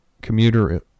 commuter